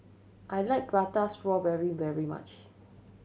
I like Prata Strawberry very much